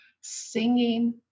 singing